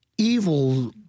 evil